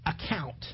account